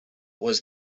was